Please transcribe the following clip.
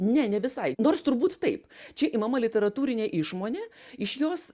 ne ne visai nors turbūt taip čia imama literatūrinė išmonė iš jos